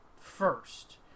first